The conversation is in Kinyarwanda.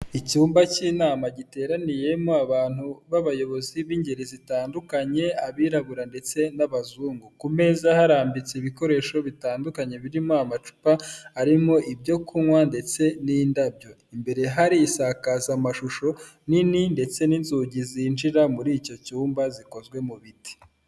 Icyumba cy'inama giteraniyemo abantu b'abayobozi b'ingeri zitandukanye; abirabura ndetse n'abazungu; ku meza harambitse ibikoresho bitandukanye birimo amacupa arimo ibyo kunywa ndetse n'indabyo; imbere hari isakazamashusho nini ndetse n'inzugi zinjira muri icyo cyumba zikozwe mu biti.